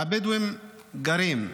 והבדואים גרים,